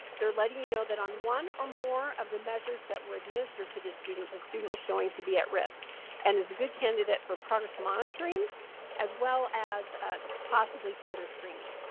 they're letting you know that on one or more of the measures that were administered to this student, the student is showing to be at-risk and is a good candidate for progress monitoring as well as possibly further screening.